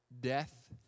death